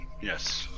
Yes